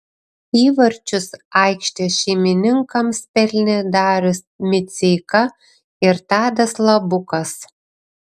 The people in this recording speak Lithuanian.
įvarčius aikštės šeimininkams pelnė darius miceika ir tadas labukas